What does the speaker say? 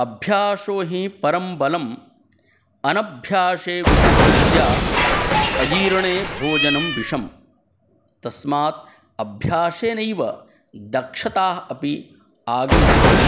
अभ्यासो हि परं बलम् अनभ्यासे विषं विद्या अजीर्णे भोजनं विषं तस्मात् अभ्यासेनैव दक्षता अपि आगमिष्यति